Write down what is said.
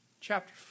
chapter